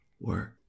work